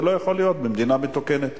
זה לא יכול להיות במדינה מתוקנת.